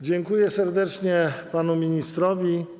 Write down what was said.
Dziękuję serdecznie panu ministrowi.